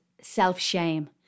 self-shame